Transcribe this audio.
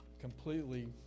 completely